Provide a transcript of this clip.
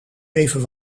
even